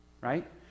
right